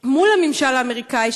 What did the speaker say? מול הממשל האמריקני,